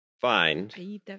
find